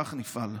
כך נפעל.